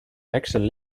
heksen